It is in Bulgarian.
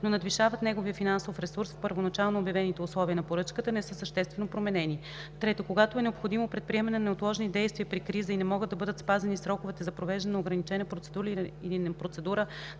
но надвишават неговия финансов ресурс и първоначално обявените условия на поръчката, не са съществено променени; 3. когато е необходимо предприемане на неотложни действия при криза и не могат да бъдат спазени сроковете за провеждане на ограничена процедура